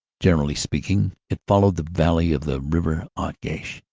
generally speaking, it followed the valley of the river agache,